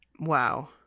wow